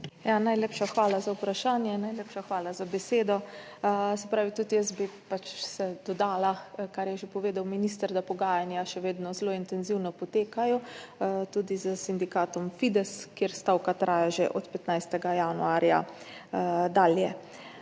Najlepša hvala za besedo. Najlepša hvala za vprašanje. Tudi jaz bi dodala, kar je povedal že minister, da pogajanja še vedno zelo intenzivno potekajo, tudi s sindikatom Fides, kjer stavka traja že od 15. januarja dalje.